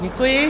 Děkuji.